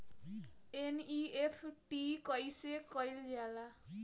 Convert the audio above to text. NEFT कइसे कइल जाला?